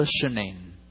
listening